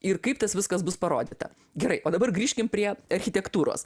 ir kaip tas viskas bus parodyta gerai o dabar grįžkim prie architektūros